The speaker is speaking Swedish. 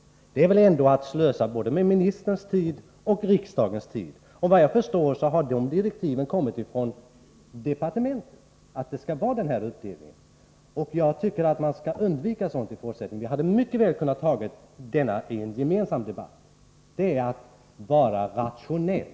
Det är väl ändå att slösa både med ministerns tid och med riksdagens tid, och vad jag förstår har direktiven om att det skall vara denna uppdelning kommit från departementet. Jag tycker att sådant skall undvikas i fortsättningen. Vi hade mycket väl kunnat diskutera detta i en gemensam debatt — det vore att vara rationell.